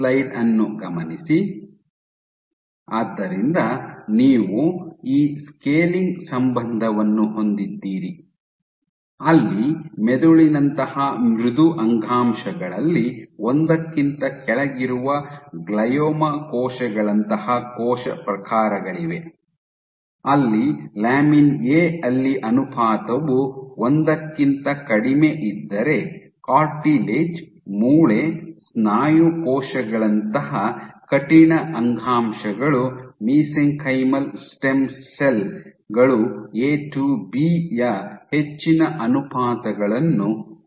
ಆದ್ದರಿಂದ ನೀವು ಈ ಸ್ಕೇಲಿಂಗ್ ಸಂಬಂಧವನ್ನು ಹೊಂದಿದ್ದೀರಿ ಅಲ್ಲಿ ಮೆದುಳಿನಂತಹ ಮೃದು ಅಂಗಾಂಶಗಳಲ್ಲಿ ಒಂದಕ್ಕಿಂತ ಕೆಳಗಿರುವ ಗ್ಲಿಯೊಮಾ ಕೋಶಗಳಂತಹ ಕೋಶ ಪ್ರಕಾರಗಳಿವೆ ಅಲ್ಲಿ ಲ್ಯಾಮಿನ್ ಎ ಅಲ್ಲಿ ಅನುಪಾತವು ಒಂದಕ್ಕಿಂತ ಕಡಿಮೆಯಿದ್ದರೆ ಕಾರ್ಟಿಲೆಜ್ ಮೂಳೆ ಸ್ನಾಯು ಕೋಶಗಳಂತಹ ಕಠಿಣ ಅಂಗಾಂಶಗಳು ಮಿಸೆಂಕೈಮಲ್ ಸ್ಟೆಮ್ ಸೆಲ್ ಗಳು ಎ ಟು ಬಿ ಯ ಹೆಚ್ಚಿನ ಅನುಪಾತಗಳನ್ನು ಹೊಂದಿವೆ